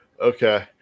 okay